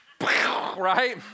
right